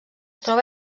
troba